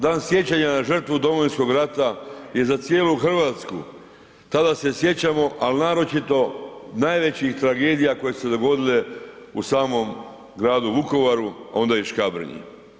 Dan sjećanja na žrtvu Domovinskog rata je za cijelu Hrvatsku, tada se sjećamo, ali naročito najvećih tragedija koje su se dogodile u samom gradu Vukovaru, a onda i Škabrnji.